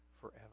forever